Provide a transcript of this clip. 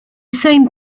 same